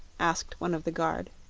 asked one of the guard.